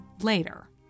later